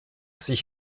sich